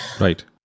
Right